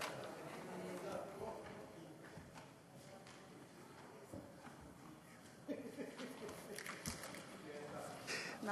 מה